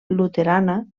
luterana